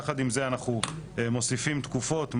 יחד עם זה אנחנו מוסיפים תקופות,